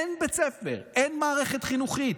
אין בית ספר, אין מערכת חינוכית.